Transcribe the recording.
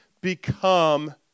become